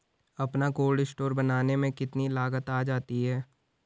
अपना cold store बनाने में कितनी लागत आ जाती है?